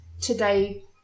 today